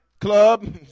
Club